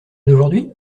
d’aujourd’hui